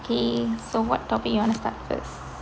K so what topic you want to start first